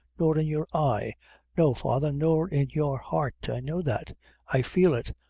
nor in your eye no, father, nor in your heart. i know that i feel it.